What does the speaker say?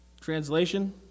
translation